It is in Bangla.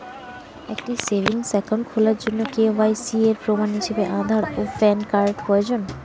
একটি সেভিংস অ্যাকাউন্ট খোলার জন্য কে.ওয়াই.সি এর প্রমাণ হিসাবে আধার ও প্যান কার্ড প্রয়োজন